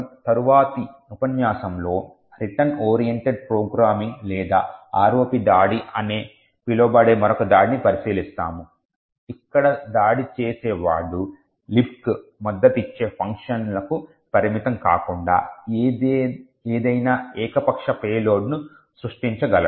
తరువాతి ఉపన్యాసంలో return oriented programming లేదా ROP దాడి అని పిలువబడే మరొక దాడిని పరిశీలిస్తాము ఇక్కడ దాడి చేసేవాడు లిబ్క్ మద్దతిచ్చే ఫంక్షన్లకు పరిమితం కాకుండా ఏదైనా ఏకపక్ష పేలోడ్లను సృష్టించగలడు